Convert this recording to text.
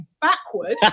backwards